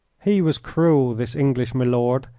he was cruel, this english milord,